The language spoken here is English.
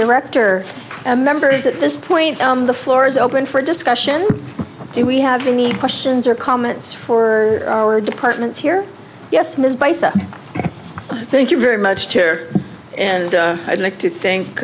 director a member is at this point on the floor is open for discussion do we have any questions or comments for our departments here yes miss bicep thank you very much chair and i'd like to think